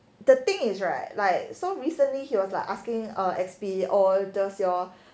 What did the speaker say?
the thing is right like so recently he was like asking err X_B all does your